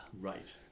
Right